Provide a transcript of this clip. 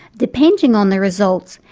depending on the results,